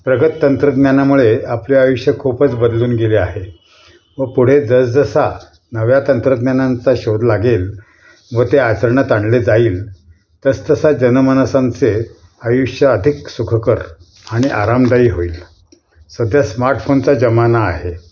प्रगत तंत्रज्ञानामुळे आपले आयुष्य खूपच बदलून गेले आहे व पुढे जसजसा नव्या तंत्रज्ञानांचा शोध लागेल व ते आचरणात आणले जाईल तस तसा जनमानसांचे आयुष्य अधिक सुखकर आणि आरामदायी होईल सध्या स्मार्टफोनचा जमाना आहे